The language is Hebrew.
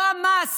לא המס